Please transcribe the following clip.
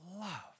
Love